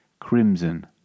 crimson